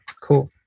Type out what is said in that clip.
Cool